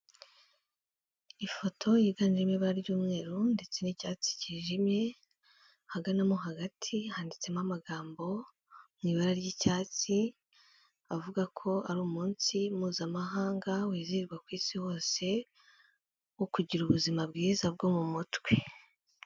Ifoto yiganjemobara ry'umweru ndetse n'icyatsi cyijimye, hagana mo hagati handitsemo amagambo mu ibara ry'icyatsi, avuga ko ari umunsi mpuzamahanga wizizwa ku isi hose, wo kugira ubuzima bwiza bwo mu mutwe.